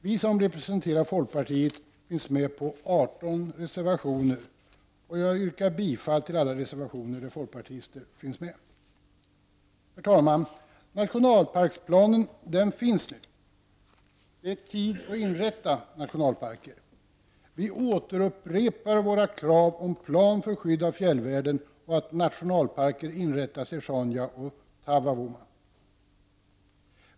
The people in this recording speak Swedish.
Vi som representerar folkpartiet finns med på 18 reservationer, och jag yrkar bifall till alla reservationer där vi finns med. Herr talman! Nationalparksplanen finns nu. Det är tid att inrätta nationalparker. Vi återupprepar våra krav på att en plan för skydd av fjällvärlden görs och att nationalparker inrättas i Sjaunja och Tasavvavuoma.